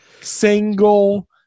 single